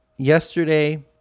Yesterday